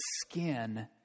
skin